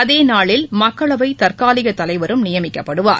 அதேநாளில் மக்களவை தற்காலிக தலைவரும் நியமிக்கப்படுவார்